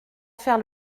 faire